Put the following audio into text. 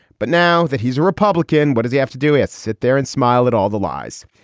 but now that he's a republican, what does he have to do is sit there and smile at all the lies?